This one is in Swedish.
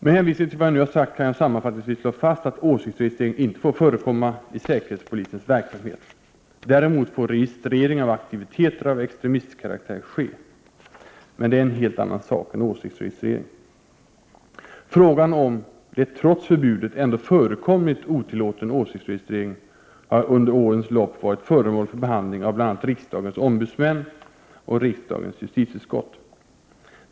Med hänvisning till vad jag nu har sagt kan jag sammanfattningsvis slå fast att åsiktsregistrering inte får förekomma i säkerhetspolisens verksamhet. Däremot får registrering av aktiviteter av extremistkaraktär ske. Men det är en helt annan sak än åsiktsregistrering. Frågan om det trots förbudet ändå förekommit otillåten åsiktsregistrering har under årens lopp varit föremål för behandling av bl.a. riksdagens ombudsmän, JO, och riksdagens justitieutskott.